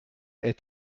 est